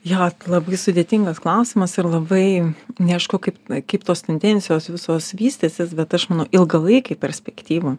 jo labai sudėtingas klausimas ir labai neaišku kaip kaip tos tendencijos visos vystysis bet aš manau ilgalaikėj perspektyvoj